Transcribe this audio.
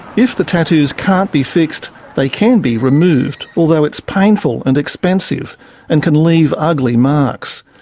if the tattoos can't be fixed, they can be removed although it's painful and expensive and can leave ugly marks.